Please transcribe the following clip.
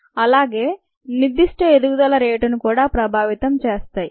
అలాగే నిర్థిష్ట ఎదుగుదల రేటును కూడా ప్రభావితం చేస్తాయి